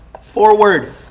forward